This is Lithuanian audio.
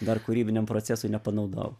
dar kūrybiniam procesui nepanaudojau